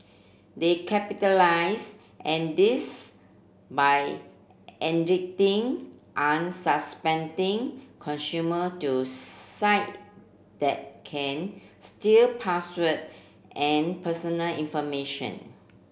they capitalise and this by unsuspecting consumer to site that can steal password and personal information